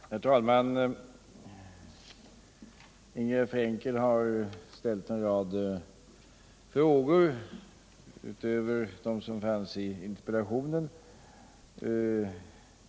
Herr talman! Ingegärd Frenkel har ställt en rad frågor utöver dem som fanns i interpellationen.